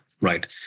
right